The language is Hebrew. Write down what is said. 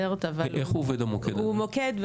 איך הוא עובד, המוקד הזה?